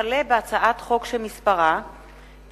וכלה בהצעת חוק פ/2406/18,